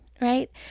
right